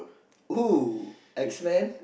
oh X-Men